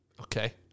Okay